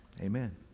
Amen